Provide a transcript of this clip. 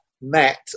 met